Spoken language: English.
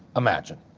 imagine.